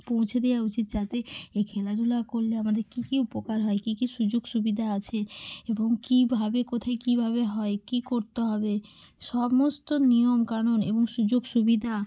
পৌঁছে দেওয়া উচিত যাতে এই খেলাধুলা করলে আমাদের কী কী উপকার হয় কী কী সুযোগ সুবিধা আছে এবং কীভাবে কোথায় কীভাবে হয় কী করতে হবে সমস্ত নিয়মকানুন এবং সুযোগ সুবিধা